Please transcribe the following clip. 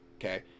okay